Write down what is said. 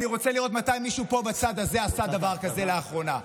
אני רוצה לראות מתי מישהו פה בצד הזה עשה דבר כזה לאחרונה.